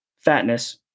fatness